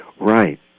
Right